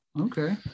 okay